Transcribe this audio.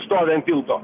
stovi ant tilto